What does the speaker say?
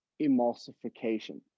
emulsification